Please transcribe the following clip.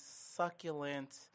succulent